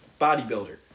bodybuilder